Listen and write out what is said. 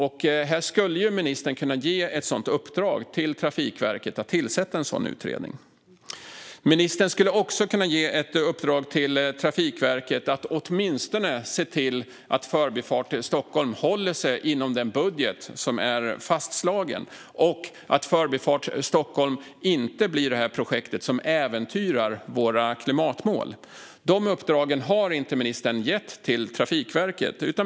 Ministern skulle kunna ge Trafikverket i uppdrag att tillsätta en sådan utredning. Ministern skulle också kunna ge ett uppdrag till Trafikverket att åtminstone se till att Förbifart Stockholm håller sig inom den budget som är fastslagen och att Förbifart Stockholm inte blir det projekt som äventyrar våra klimatmål. De uppdragen har inte ministern gett till Trafikverket.